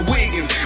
Wiggins